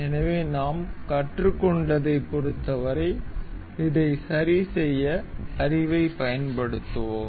எனவே நாம் கற்றுக்கொண்டதைப் பொறுத்தவரை இதை சரிசெய்ய அறிவைப் பயன்படுத்துவோம்